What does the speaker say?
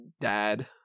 dad